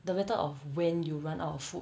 the matter of when you run out of food